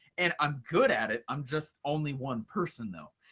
and i'm good at it, i'm just only one person though.